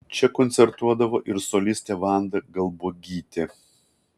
čia koncertuodavo ir solistė vanda galbuogytė